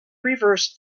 reversed